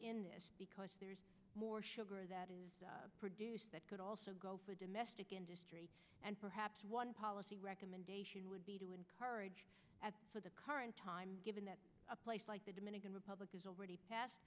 in this because more sugar that is produced that could also go for domestic industry and perhaps one policy recommendation would be to encourage at the current time given that a place like the dominican republic has already passed